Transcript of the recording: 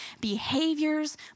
behaviors